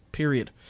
Period